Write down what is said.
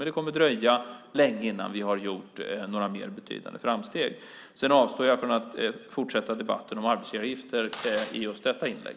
Det kommer att dröja länge innan vi har gjort några mer betydande framsteg. Sedan avstår jag ifrån att fortsätta debatten om arbetsgivaravgifter i just detta inlägg.